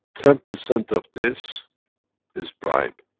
ten percent of this is bribe,